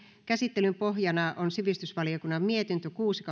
käsittelyn pohjana on sivistysvaliokunnan mietintö kuusi